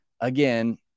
again